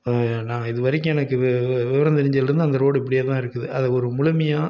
நான் இது வரைக்கும் எனக்கு வி வி விவரம் தெரிஞ்சதில் இருந்து அந்த ரோடு இப்படியே தான் இருக்குது அதை ஒரு முழுமையாக